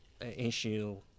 issue